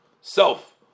self